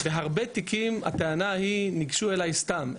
בהרבה תיקים הטענה היא: ניגשו אליי סתם.